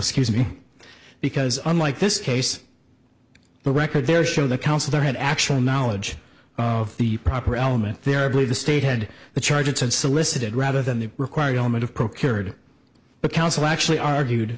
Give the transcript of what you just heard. excuse me because unlike this case the record there show the counselor had actual knowledge of the proper element there i believe the state had the charges and solicited rather than the required element of procured but counsel actually argued